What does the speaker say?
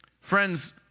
Friends